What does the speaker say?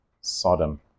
Sodom